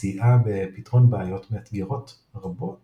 וסייעה בפתרון בעיות מאתגרות רבות